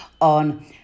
on